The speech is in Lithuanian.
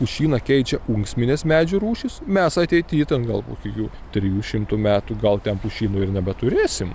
pušyną keičia ūksminės medžių rūšys mes ateity ten galbūt kokių trijų šimtų metų gal ten pušynų ir nebeturėsim